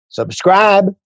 subscribe